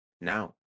now